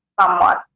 somewhat